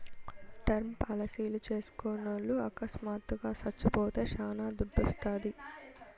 term పాలసీలు చేస్కున్నోల్లు అకస్మాత్తుగా సచ్చిపోతే శానా దుడ్డోస్తాది